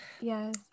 yes